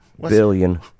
billion